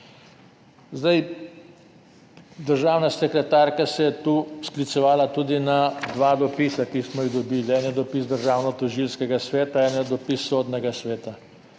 Državna sekretarka se je tu sklicevala tudi na dva dopisa, ki smo jih dobili, eden je dopis Državnotožilskega sveta, eden je dopis Sodnega sveta.